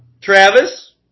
Travis